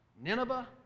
Nineveh